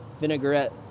vinaigrette